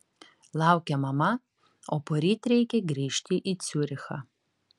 laukia mama o poryt reikia grįžti į ciurichą